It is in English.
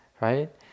right